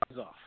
off